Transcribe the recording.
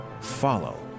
follow